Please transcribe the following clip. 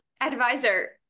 advisor